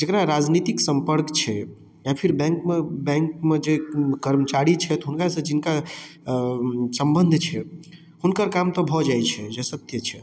जेकरा रजनीतिक संपर्क छै या फिर बैंकमे बैंकमे जे कर्मचारी छथि हुनका सँ जिनका संबंध छै हुनकर काम तऽ भऽ जाइ छै जे सत्य छै